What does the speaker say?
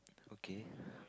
okay